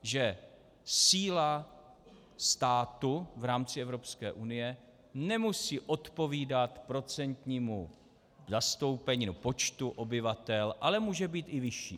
Že síla státu v rámci Evropské unie nemusí odpovídat procentnímu zastoupení, nebo počtu obyvatel, ale může být i vyšší.